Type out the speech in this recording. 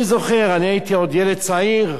אני זוכר, אני הייתי עוד ילד צעיר,